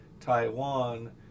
Taiwan